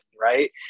right